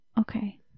okay